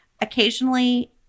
occasionally